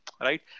right